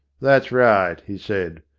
that's right he said,